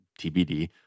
TBD